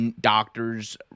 doctors